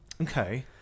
Okay